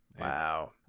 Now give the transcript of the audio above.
Wow